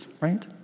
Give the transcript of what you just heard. right